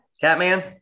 Catman